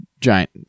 giant